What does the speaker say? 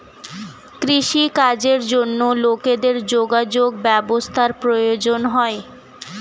কৃষি কাজের জন্য লোকেদের যোগাযোগ ব্যবস্থার প্রয়োজন হয়